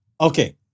Okay